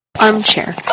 armchair